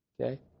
Okay